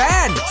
Band